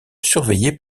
surveillé